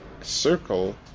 circle